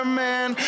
man